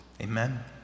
Amen